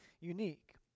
unique